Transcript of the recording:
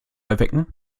erwecken